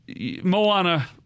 Moana